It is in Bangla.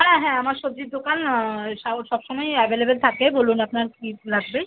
হ্যাঁ হ্যাঁ আমার সবজির দোকান সা ও সব সময় অ্যাভেলেবেল থাকে বলুন আপনার কী লাগবে